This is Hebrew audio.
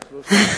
שלושה.